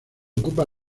ocupa